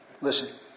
Listen